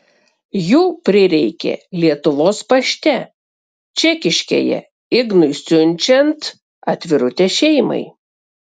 jų prireikė lietuvos pašte čekiškėje ignui siunčiant atvirutę šeimai